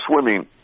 swimming